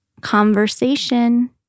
conversation